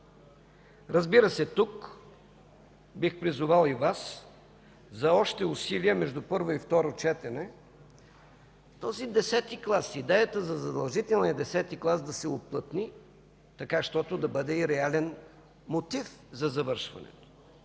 Разбира се, тук бих призовал и Вас за още усилия между първо и второ четене този десети клас, идеята за задължителния десети клас да се уплътни, така щото да бъде и реален мотив за завършването.